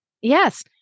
Yes